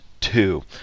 two